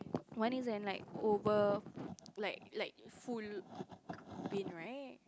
one is an like oval like like full bin right